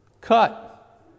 cut